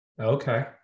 Okay